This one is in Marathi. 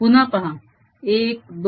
पुन्हा पहा 1 2